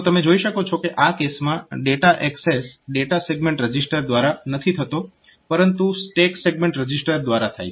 તો તમે જોઈ શકો છો કે આ કેસમાં data access data segment register દ્વારા નથી થતો પરંતુ સ્ટેક સેગમેન્ટ રજીસ્ટર દ્વારા થાય છે